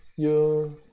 your,